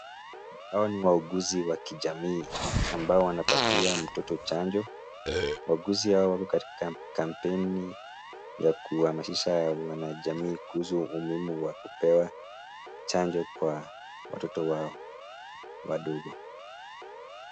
Hawa ni wauguzi wa kijamii ambao wanapatia mtoto chanjo. Wauguzi hao wako katika kampeni ya kuhamasisha wanajamii kuhusu umuhimu wa kupewa chanjo kwa watoto wao wadogo.